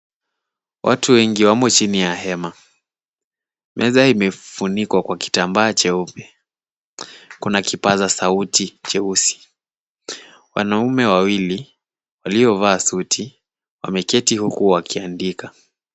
Watu wengi wamo chini ya hema, meza imefunikwa kwa kitambaa cheupe. Kuna kipaza sauti cheusi. Wanaume wawili waliovaa suti wameketi huku wakiandika.